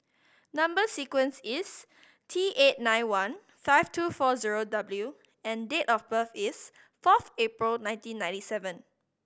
number sequence is T eight nine one five two four zero W and date of birth is fourth April nineteen ninety seven